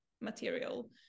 material